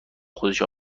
خودش